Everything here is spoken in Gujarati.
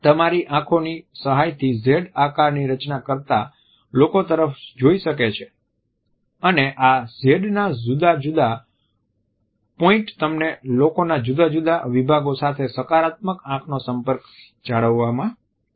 તમારી આંખોની સહાયથી Z આકારની રચના કરતા લોકો તરફ જોઇ શકે છે અને આ Zના જુદા જુદા પોઈન્ટ તમને લોકોના જુદા જુદા વિભાગો સાથે સકારાત્મક આંખનો સંપર્ક જાળવવા આપશે